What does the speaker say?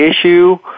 issue